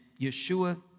Yeshua